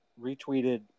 retweeted